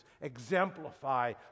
exemplify